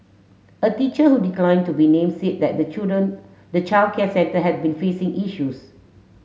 a teacher who decline to be name say that the children the childcare centre had been facing issues